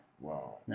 Wow